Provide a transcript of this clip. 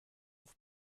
auf